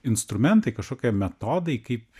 instrumentai kažkokie metodai kaip